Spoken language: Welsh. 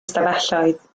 stafelloedd